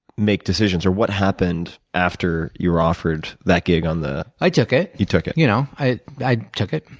make decisions or what happened after you were offered that gig on the? i took it. you took it? you know yeah. i took it.